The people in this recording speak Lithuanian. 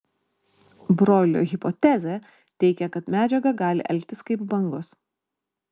broilio hipotezė teigia kad medžiaga gali elgtis kaip bangos